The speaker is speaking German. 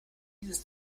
dieses